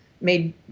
made